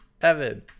Evan